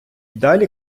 далі